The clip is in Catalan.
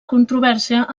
controvèrsia